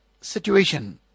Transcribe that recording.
situation